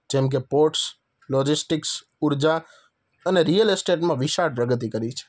જેમકે ports logistics ઉર્જા અને રિયલ એસ્ટેટમાં વિશાળ પ્રગતિ કરી છે